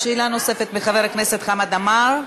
שאלה נוספת של חבר הכנסת חמד עמאר.